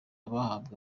bahabwa